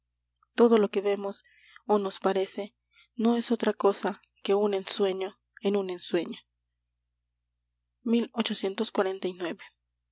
todo lo que vemos o nos parece no es otra cosa que un ensueño en un ensueño